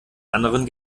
anderen